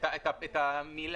חבר הכנסת פינדרוס,